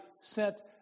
sent